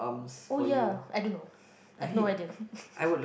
oh ya I don't know I have no idea